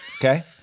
Okay